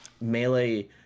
melee